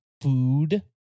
food